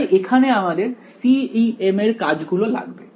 তাই এখানে আমাদের CEM এর কাজ গুলো লাগবে